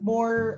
more